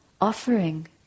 offering